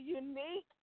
unique